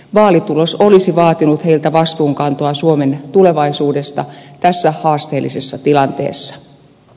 vaalitulos olisi vaatinut heiltä vastuunkantoa suomen tulevaisuudesta tässä haasteellisessa tilanteessa